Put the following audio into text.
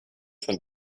von